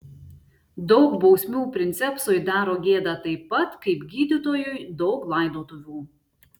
daug bausmių princepsui daro gėdą taip pat kaip gydytojui daug laidotuvių